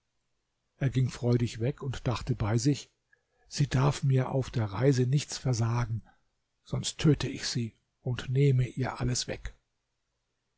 er ging freudig weg und dachte bei sich sie darf mir auf der reise nichts versagen sonst töte ich sie und nehme ihr alles weg